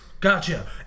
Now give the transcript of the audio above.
Gotcha